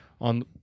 on